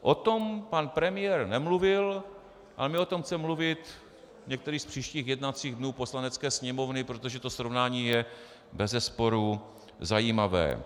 O tom pan premiér nemluvil, ale my o tom chceme mluvit některý z příštích jednacích dnů Poslanecké sněmovny, protože to srovnání je bezesporu zajímavé.